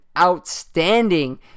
outstanding